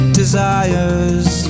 desires